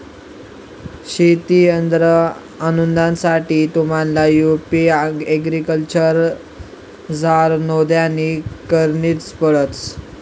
शेती यंत्र अनुदानसाठे तुम्हले यु.पी एग्रीकल्चरमझार नोंदणी करणी पडस